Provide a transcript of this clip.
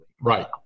Right